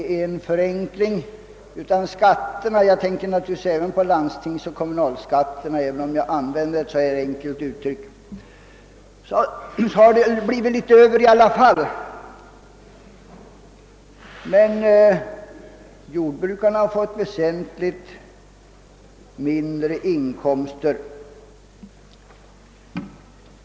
När jag förenklat uttryckte saken så, att ungefär hälften är luft och att finansministern tar en stor del av det som är kvar, tänkte jag naturligtvis även på landstingsoch kommunalskatterna. Men jordbrukarna har fått väsentligt mindre inkomster.